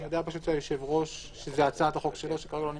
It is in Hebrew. אני יודע שהיושב-ראש שכרגע לא נמצא,